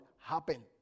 Happen